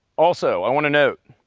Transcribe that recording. also i wanna note,